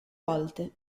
volte